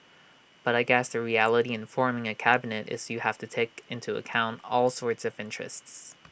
but I guess the reality in forming A cabinet is you have to take into account all sorts of interests